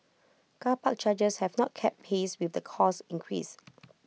car park chargers have not kept pace with these cost increases